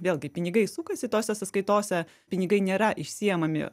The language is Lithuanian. vėlgi pinigai sukasi tose sąskaitose pinigai nėra išsiimami